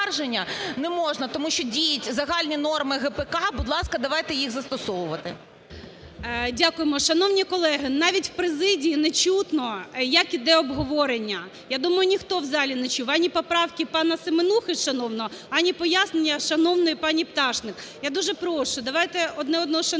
Дякуємо. Шановні колеги, навіть в президії не чутно, як йде обговорення. Я думаю, ніхто в залі не чув ані поправки пана Семенухи шановного, ані пояснення шановної пані Пташник. Я дуже прошу, давайте одне одного шанувати,